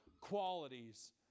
qualities